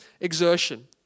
exertion